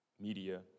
media